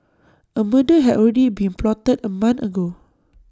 A murder had already been plotted A month ago